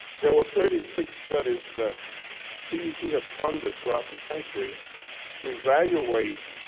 there were thirty six studies that cdc had funded throughout the country to evaluate